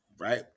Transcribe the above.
right